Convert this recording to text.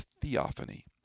theophany